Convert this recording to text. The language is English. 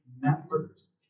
members